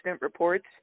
reports